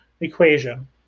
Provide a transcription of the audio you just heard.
equation